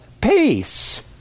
peace